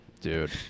Dude